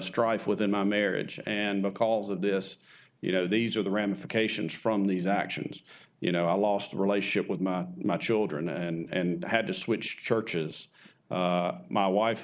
strife within my marriage and because of this you know these are the ramifications from these actions you know i lost the relationship with my children and i had to switch churches my wife